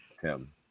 Tim